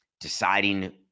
deciding